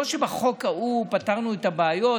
לא שבחוק ההוא פתרנו את הבעיות,